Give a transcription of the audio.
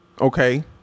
Okay